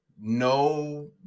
no